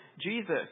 Jesus